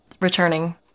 returning